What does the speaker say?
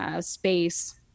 space